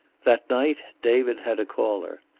that night david had a caller.